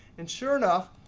and sure enough,